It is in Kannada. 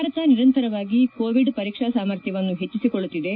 ಭಾರತ ನಿರಂತರವಾಗಿ ಕೋವಿಡ್ ಪರೀಕ್ಷಾ ಸಾಮರ್ಥ್ವವನ್ನು ಹೆಚ್ಚಿಸಿಕೊಳ್ಳುತ್ತಿದೆ